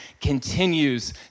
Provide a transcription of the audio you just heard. continues